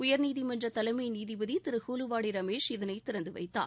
உயர்நீதிமன்ற தலைமை நீதிபதி திரு குலுவாடி ரமேஷ் இதனை திறந்துவைத்தார்